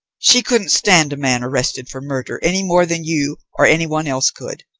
she couldn't stand a man arrested for murder any more than you or anyone else could?